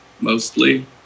mostly